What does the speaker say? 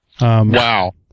Wow